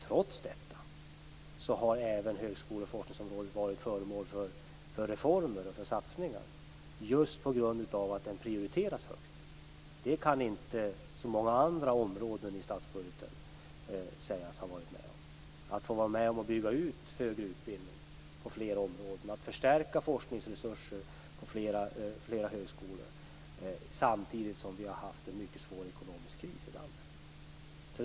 Trots detta har även högskole och forskningsområdet varit föremål för reformer och satsningar just på grund av att det prioriteras högt. Det är inte så många andra områden i statsbudgeten som kan sägas ha varit med om det. Vi har byggt ut högre utbildning på flera områden och förstärkt forskningsresurser på flera högskolor, samtidigt som vi har haft en mycket svår ekonomisk kris i landet.